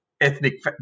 ethnic